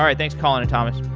um thanks colan and thomas.